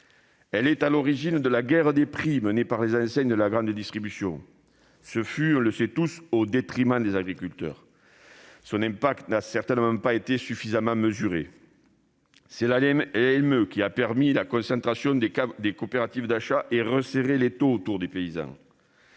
Elle est à l'origine de la guerre des prix menée par les enseignes de la grande distribution, et ce, chacun le sait, au détriment des agriculteurs. Son impact n'a certainement pas été suffisamment mesuré. C'est la LME qui a permis la concentration des coopératives d'achat et resserré l'étau autour des paysans.